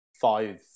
five